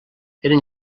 eren